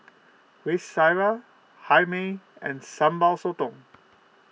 Kueh Syara Hae Mee and Sambal Sotong